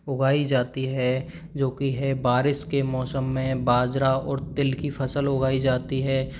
उगाई जाती है जो कि है बारिश के मौसम में बाजरा और तिल कि फ़सल उगाई जाती है